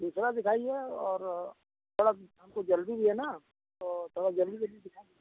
दूसरा दिखाइए और थोड़ा हमको जल्दी भी है न तो थोड़ा जल्दी जल्दी दिखा